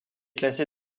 classé